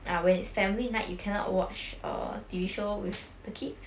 ah when it's family night you cannot watch err T_V show with the kids